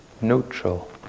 neutral